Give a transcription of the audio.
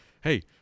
Hey